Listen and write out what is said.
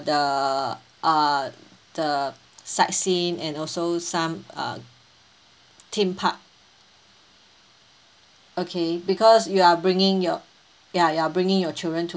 the err the sightseeing and also some err theme park okay because you are bringing your ya you're bringing your children to~